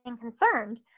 concerned